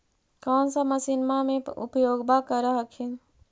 कौन सा मसिन्मा मे उपयोग्बा कर हखिन?